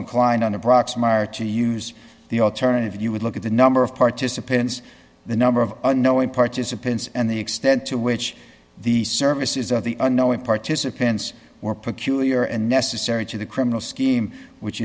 inclined on a proxmire to use the alternative you would look at the number of participants the number of unknowing participants and the extent to which the services of the unknowing participants were peculiar and necessary to the criminal scheme which